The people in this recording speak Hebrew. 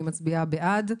אני מצביעה בעד.